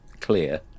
clear